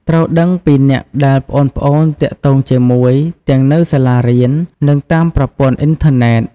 ត្រូវដឹងពីអ្នកដែលប្អូនៗទាក់ទងជាមួយ ទាំងនៅសាលារៀន និងតាមប្រព័ន្ធអុីនធឺណេត។